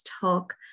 talk